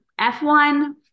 F1